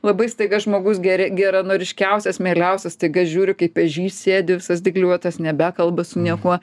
labai staiga žmogus geria geranoriškiausias mieliausias staiga žiūri kaip ežys sėdi visas dygliuotas nebekalba su niekuo